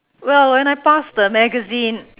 well when I pass the magazine